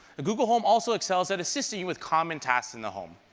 google home also excels at assisting you with common tasks in the home.